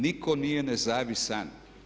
Nitko nije nezavisan.